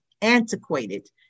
antiquated